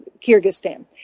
Kyrgyzstan